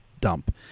dump